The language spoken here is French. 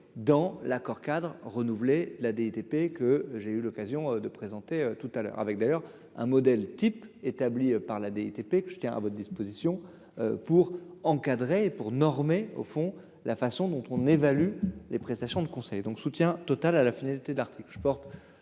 dans l'accord-cadre renouvelé la DTP que j'ai eu l'occasion de présenter tout à l'heure avec d'ailleurs un modèle type établi par la DTP que je tiens à votre disposition pour encadrer pour normer au fond la façon dont on évalue les prestations de conseil donc soutien total à la finalité d'articles,